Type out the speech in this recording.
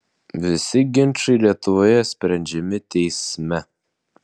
visi ginčai lietuvoje sprendžiami teisme